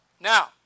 Now